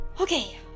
Okay